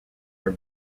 are